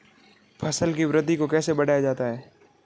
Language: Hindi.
फसल की वृद्धि को कैसे बढ़ाया जाता हैं?